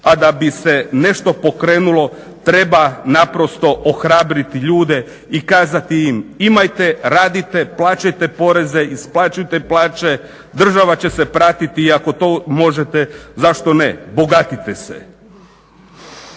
a da bi se nešto pokrenulo treba naprosto ohrabriti ljude i kazati im imajte, radite, plaćajte poreze, isplaćujte plaće, država će se pratiti i ako to možete zašto ne, bogatite se,